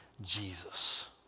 Jesus